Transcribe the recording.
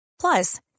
Plus